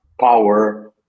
power